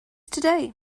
today